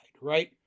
right